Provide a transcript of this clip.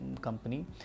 company